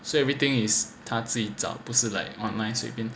so everything is 他自己找不是 like online 随便